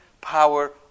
power